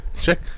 Check